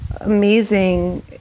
amazing